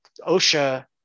OSHA